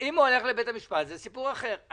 אם הוא הולך לבית המשפט, זה סיפור אחר.